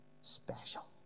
special